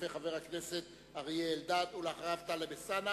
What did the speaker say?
חבר הכנסת אריה אלדד, בבקשה.